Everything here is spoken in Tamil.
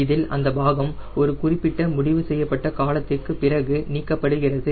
இதில் அந்த பாசம் ஒரு குறிப்பிட்ட முடிவு செய்யப்பட்ட காலத்திற்கு பின்பு நீக்கப்படுகிறது